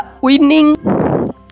winning